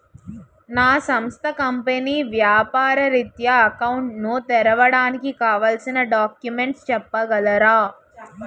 నా సంస్థ కంపెనీ వ్యాపార రిత్య అకౌంట్ ను తెరవడానికి కావాల్సిన డాక్యుమెంట్స్ చెప్పగలరా?